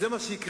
והנה אני בא